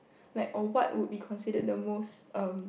like or what would be considered the most um